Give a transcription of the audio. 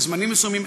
בזמנים מסוימים,